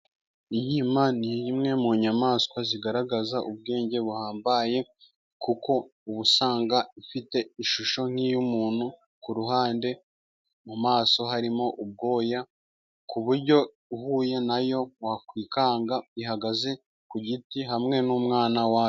Inkima ni imwe mu nyamaswa zigaragaza ubwenge buhambaye kuko ubu usanga ifite ishusho nk'iy'umuntu, kuruhande mu maso harimo ubwoya ku buryo uhuye nayo wakwikanga ihagaze ku giti hamwe n'umwana wayo.